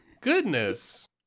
Goodness